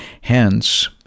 Hence